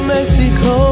Mexico